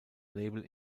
label